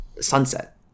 sunset